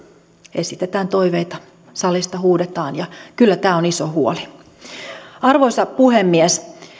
esitetään toiveita salista huudetaan ja kyllä tämä on iso huoli arvoisa puhemies